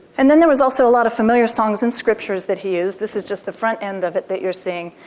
and then there were also a lot of familiar songs and scriptures that he used. this is just the front end of it that you're seeing.